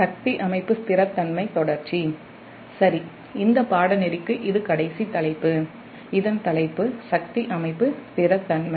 சரி இந்த பாடநெறிக்கு இது கடைசி தலைப்பு இதன் தலைப்பு சக்தி அமைப்பு நிலைத்தன்மை